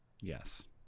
yes